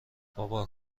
بابا